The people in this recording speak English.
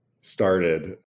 started